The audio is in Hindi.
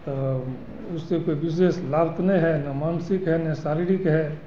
तो उससे कोई विशेष लाभ तो ने है ना मानसिक है ना शारीरिक है